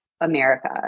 America